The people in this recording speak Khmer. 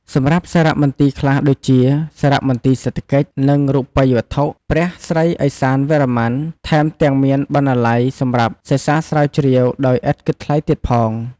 សម្រាប់សារមន្ទីរខ្លះដូចជា សារមន្ទីរសេដ្ឋកិច្ច និងរូបិយវត្ថុ ព្រះស្រីឦសានវរ្ម័ន ថែមទាំងមានបណ្ណាល័យសម្រាប់សិក្សាស្រាវជ្រាវដោយឥតគិតថ្លៃទៀតផង។